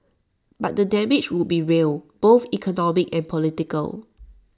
but the damage would be real both economic and political